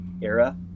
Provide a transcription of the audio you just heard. era